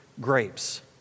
grapes